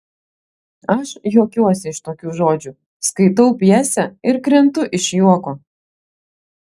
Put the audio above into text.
aš juokiuosi iš tokių žodžių skaitau pjesę ir krentu iš juoko